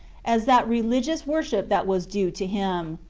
as that religious worship that was due to him.